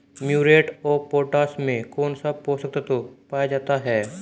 Muriate of potash में कौन सा पोषक तत्व पाया जाता है?